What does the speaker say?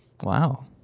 Wow